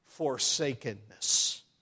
Forsakenness